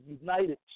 United